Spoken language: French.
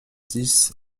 dix